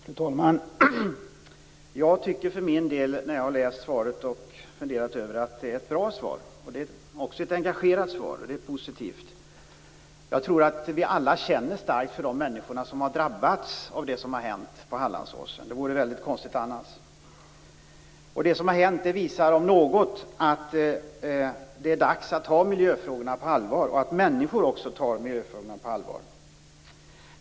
Fru talman! Jag tycker för min del när jag har läst svaret och funderat över det att det är ett bra svar. Det är också ett engagerat svar, och det är positivt. Jag tror att vi alla känner starkt för de människor som har drabbats av det som har hänt på Hallandsåsen. Det vore väldigt konstigt annars. Det som har hänt visar om något att det är dags att ta miljöfrågorna på allvar, och att också människor i allmänhet tar miljöfrågorna på allvar.